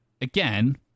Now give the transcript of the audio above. again